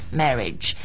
marriage